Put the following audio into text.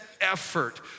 effort